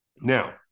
Now